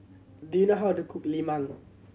do you know how to cook lemang